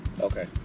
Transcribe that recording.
Okay